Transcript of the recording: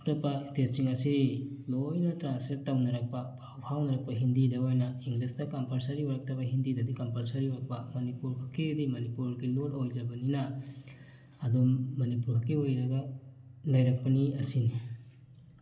ꯑꯇꯣꯞꯄ ꯁ꯭ꯇꯦꯠꯁꯤꯡ ꯑꯁꯤ ꯂꯣꯏꯅ ꯇ꯭ꯔꯥꯟꯁꯂꯦꯠ ꯇꯧꯅꯔꯛꯄ ꯄꯥꯎ ꯐꯥꯎꯅꯔꯛꯄ ꯍꯤꯟꯗꯤꯗ ꯑꯣꯏꯅ ꯏꯪꯂꯤꯁꯇ ꯀꯝꯄꯜꯁꯔꯤ ꯑꯣꯏꯔꯛꯇꯕ ꯍꯤꯟꯗꯤꯗꯗꯤ ꯀꯝꯄꯜꯁꯔꯤ ꯑꯣꯏꯔꯛꯄ ꯃꯅꯤꯄꯨꯔꯈꯛꯀꯤꯗꯤ ꯃꯅꯤꯄꯨꯔꯒꯤ ꯂꯣꯟ ꯑꯣꯏꯖꯕꯅꯤꯅ ꯑꯗꯨꯝ ꯃꯅꯤꯄꯨꯔꯈꯛꯀꯤ ꯑꯣꯏꯔꯒ ꯂꯩꯔꯛꯄꯅꯤ ꯑꯁꯤꯅꯤ